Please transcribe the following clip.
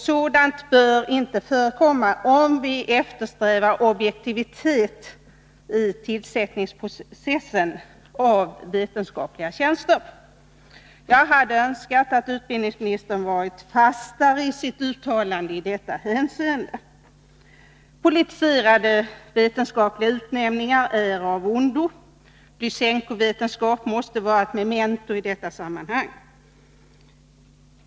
Sådant bör inte förekomma, om vi eftersträvar objektivitet vid tillsättningen av vetenskapliga tjänster. Jag hade önskat att utbildningsministern i detta hänseende hade varit fastare i sitt uttalande. Politiserade vetenskapliga utnämningar är av ondo. ”Lysenkovetenskap” måste vara ett memento i detta sammanhang.